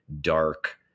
dark